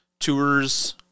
tours